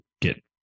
get